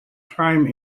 time